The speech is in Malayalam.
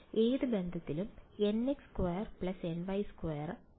ഏത് ബന്ധത്തിലും nx2 ny2 1 ആണ്